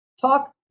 talk